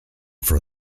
for